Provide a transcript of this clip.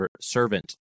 servant